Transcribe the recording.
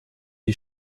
die